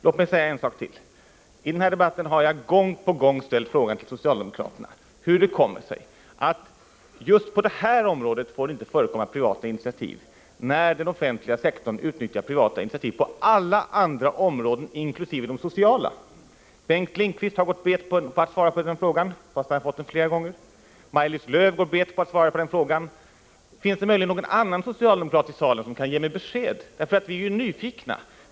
I denna debatt har jag gång på gång frågat socialdemokraterna hur det kommer sig att det just på detta område inte får förekomma privata initiativ, när den offentliga sektorn utnyttjar privata initiativ på alla andra områden, även de sociala. Bengt Lindqvist har gått bet på att svara på den frågan fastän han har fått den flera gånger, och även Maj-Lis Lööw har gått bet på att svara på den. Finns det möjligen någon annan socialdemokrat i salen som kan ge mig besked? Vi är nämligen nyfikna.